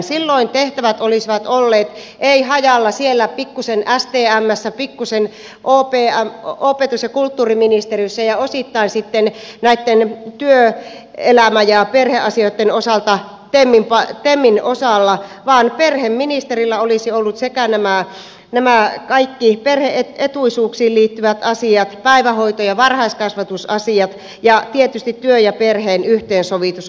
silloin tehtävät eivät olisi olleet hajalla pikkusen stmssä pikkusen opetus ja kulttuuriministeriössä ja osittain sitten näitten työelämä ja perheasioitten osalta temin osalla vaan perheministerillä olisi ollut sekä nämä kaikki perhe etuisuuksiin liittyvät asiat päivähoito ja varhaiskasvatusasiat ja tietysti työn ja perheen yhteensovitus